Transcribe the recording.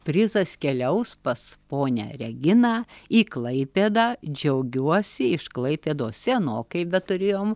prizas keliaus pas ponią reginą į klaipėdą džiaugiuosi iš klaipėdos senokai beturėjom